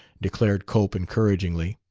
declared cope encouragingly.